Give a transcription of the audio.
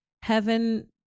heaven